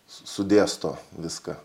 su sudėsto viską